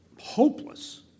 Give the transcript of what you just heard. hopeless